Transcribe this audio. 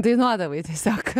dainuodavai tai sako